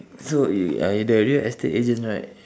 so you I the real estate agent right